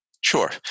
Sure